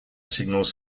signals